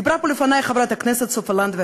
דיברה פה לפני חברת הכנסת סופה לנדבר